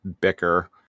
bicker